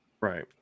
right